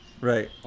Right